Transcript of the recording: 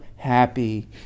Happy